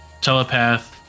telepath